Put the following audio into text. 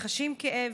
וחשים כאב,